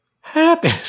Happy